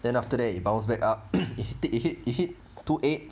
then after that it bounce back up it it hit two eight